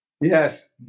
Yes